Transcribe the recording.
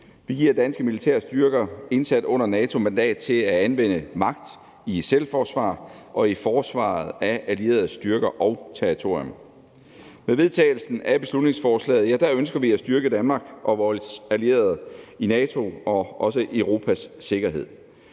Vi giver danske militære styrker indsat under NATO mandat til at anvende magt i selvforsvar og i forsvaret af allieredes styrker og territorium. Med vedtagelsen af beslutningsforslaget ønsker vi at styrke Danmark og vores allierede i NATO og også Europas sikkerhed.